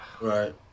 right